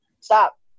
Stop